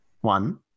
one